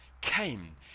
came